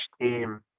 team